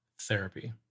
therapy